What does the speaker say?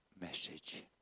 message